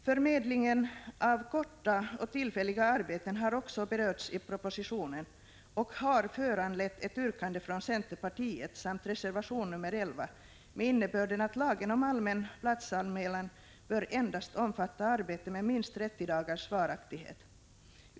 Förmedlingen av korta och tillfälliga arbeten har också berörts i propositionen och har föranlett ett yrkande från centerpartiet samt reservation nr 11 med innebörden att lagen om allmän platsanmälan bör omfatta endast arbeten med minst 30 dagars varaktighet.